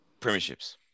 premierships